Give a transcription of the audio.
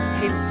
hey